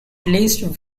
least